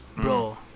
Bro